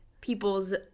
people's